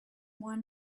one